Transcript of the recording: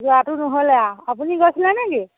যোৱাটো নহ'লে আ আপুনি গৈছিলে নেকি